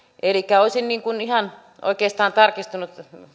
olisin oikeastaan tarkistanut